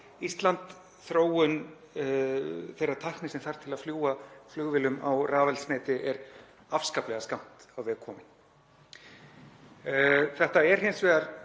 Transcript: Ísland. Þróun þeirrar tækni sem þarf til að fljúga flugvélum á rafeldsneyti er afskaplega skammt á veg komin. Þetta er hins vegar